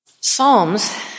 Psalms